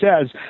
says